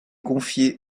confié